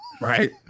right